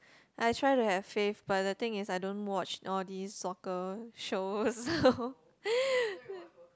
I try to have faith but the thing is I don't watch all these soccer shows